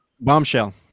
bombshell